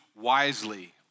wisely